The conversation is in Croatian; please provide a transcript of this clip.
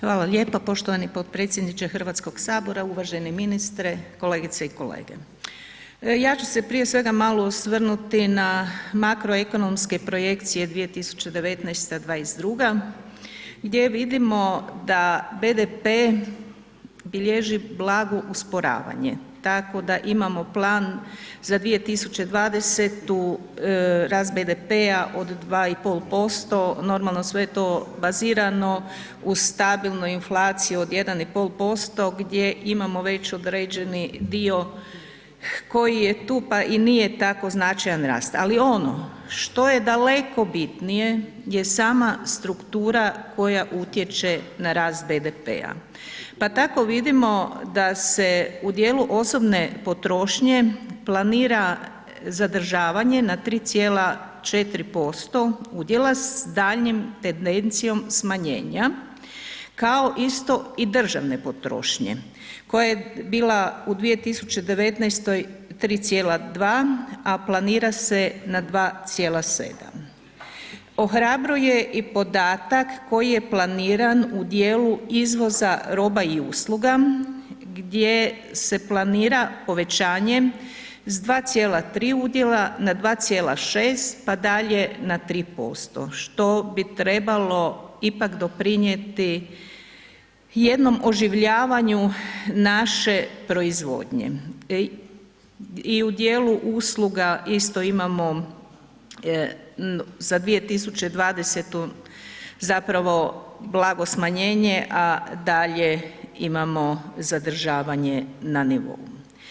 Hvala lijepo poštovani potpredsjedniče HS, uvaženi ministre, kolegice i kolege, ja ću se prije svega malo osvrnuti na makroekonomske projekcije 2019.-'22. gdje vidimo da BDP bilježi blago usporavanje, tako da imamo plan za 2020. rast BDP-a od 2,5%, normalno sve je to bazirano u stabilnu inflaciju od 1,5% gdje imamo već određeni dio koji je tu, pa i nije tako značajan rast, ali ono što je daleko bitnije je sama struktura koja utječe na rast BDP-a, pa tako vidimo da se u dijelu osobne potrošnje planira zadržavanje na 3,4% udjela s daljnjim tendencijom smanjenja, kao isto i državne potrošnje koja je bila u 2019. 3,2, a planira se na 2,7, ohrabruje i podatak koji je planiran u dijelu izvoza roba i usluga gdje se planira povećanje s 2,3 udjela na 2,6, pa dalje na 3%, što bi trebalo ipak doprinijeti jednom oživljavanju naše proizvodnje i u dijelu usluga isto imamo za 2020. zapravo blago smanjenje, a dalje imamo zadržavanje na nivou.